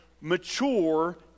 mature